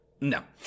No